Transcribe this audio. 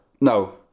no